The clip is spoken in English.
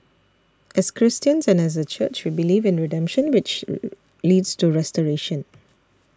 as Christians and as a church we believe in redemption which leads to restoration